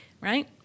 right